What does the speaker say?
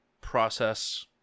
process